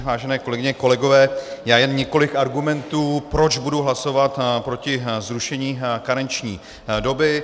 Vážené kolegyně, kolegové, já jen několik argumentů, proč budu hlasovat proti zrušení karenční doby.